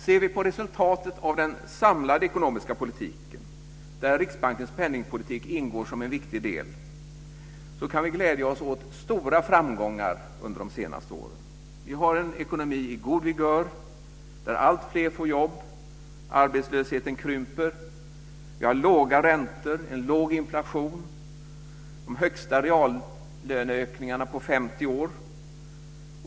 Ser vi på resultatet av den samlade ekonomiska politiken, där Riksbankens penningpolitik ingår som en viktig del, kan vi glädja oss åt stora framgångar under de senaste åren. Vi har en ekonomi vid god vigör där alltfler får jobb. Arbetslösheten krymper. Vi har låga räntor, låg inflation och de högsta reallöneökningarna på 50 år.